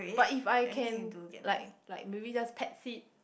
but if I can like like maybe just pets it